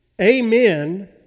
amen